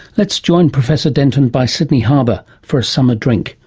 let's join professor denton by sydney harbour for a summer drink,